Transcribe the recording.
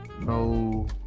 No